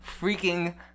freaking